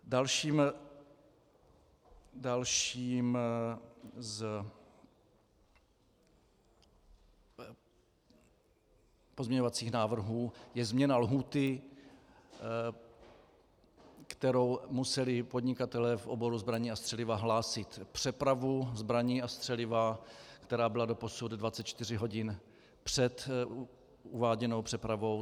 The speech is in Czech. Dalším z pozměňovacích návrhů je změna lhůty, ve které museli podnikatelé v oboru zbraní a střeliva hlásit přepravu zbraní a střeliva, která byla doposud 24 hodin před uváděnou přepravou.